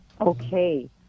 Okay